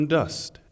dust